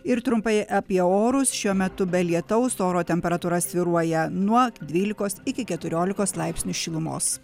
ir trumpai apie orus šiuo metu be lietaus oro temperatūra svyruoja nuo dvylikos iki keturiolikos laipsnių šilumos